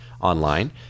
online